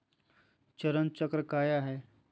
चरण चक्र काया है?